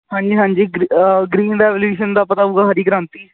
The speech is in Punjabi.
ਹਾਂਜੀ ਹਾਂਜੀ ਗ੍ਰੀ ਗ੍ਰੀਨ ਰੈਵੇਲੀਊਸ਼ਨ ਦਾ ਪਤਾ ਹੋਊਗਾ ਹਰੀ ਕ੍ਰਾਂਤੀ